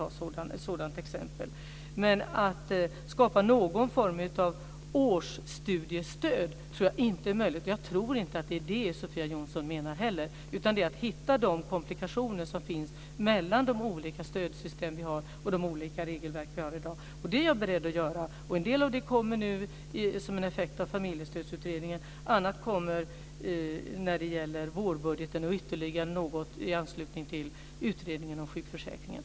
Jag tror inte att det är möjligt att skapa någon form av årsstudiestöd. Jag tror inte att det är det Sofia Jonsson menar. Utan det gäller att hitta de komplikationer som finns mellan de olika stödsystem och regelverk som finns i dag. Det är jag beredd att göra. En del kommer som en effekt av Familjestödsutredningen. Annat kommer i vårbudgeten, och ytterligare något kommer i anslutning till utredningen om sjukförsäkringen.